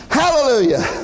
hallelujah